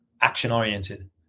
action-oriented